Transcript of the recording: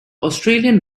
australian